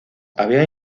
había